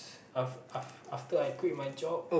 after after I quit my job